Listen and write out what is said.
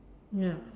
ya